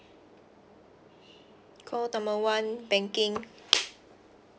call number one banking